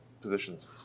positions